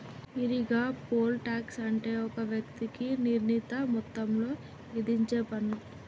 ఈరిగా, poll tax అంటే ఒక వ్యక్తికి నిర్ణీత మొత్తంలో ఇధించేపన్ను